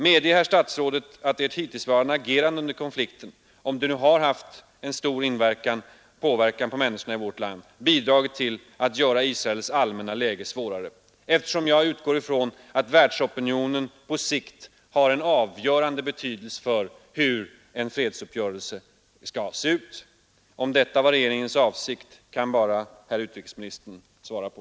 Medger herr statsrådet att det hittillsvarande agerandet under konflikten — om det nu har haft en stor påverkan på människorna i vårt land — bidragit till att göra Israels allmänna läge svårare? Jag utgår nämligen ifrån att världsopinionen på sikt har en avgörande betydelse för hur en fredsuppgörelse skall se ut. Om detta var regeringens avsikt kan bara herr utrikesministern svara på.